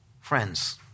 Friends